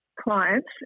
clients